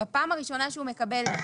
בפעם הראשונה שהוא מקבל.